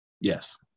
Yes